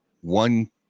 one –